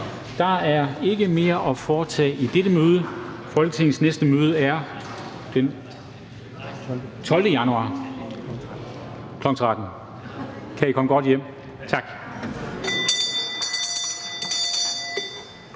Der er ikke mere at foretage i dette møde. Folketingets næste møde afholdes den 12. januar 2021, kl. 13.00. Kan I komme godt hjem. Tak.